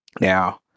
Now